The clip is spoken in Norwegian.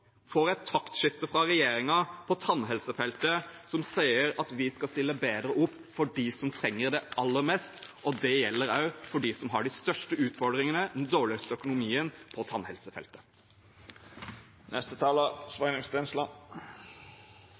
et taktskifte fra regjeringen på tannhelsefeltet, der man sier at vi skal stille bedre opp for dem som trenger det aller mest, og det gjelder også for dem som har de største utfordringene, den dårligste økonomien, på tannhelsefeltet.